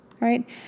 right